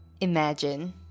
Imagine